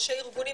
ראשי ארגונים,